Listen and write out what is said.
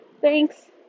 Thanks